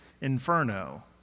inferno